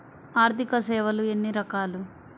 ఆర్థిక సేవలు ఎన్ని రకాలు?